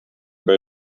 bei